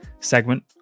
segment